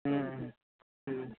ह्म्म ह्म्म ह्म्म